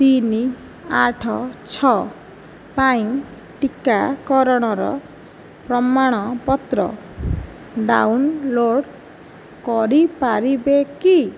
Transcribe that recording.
ତିନି ଆଠ ଛଅ ପାଇଁ ଟିକାକରଣର ପ୍ରମାଣପତ୍ର ଡ଼ାଉନଲୋଡ଼୍ କରିପାରିବେ କି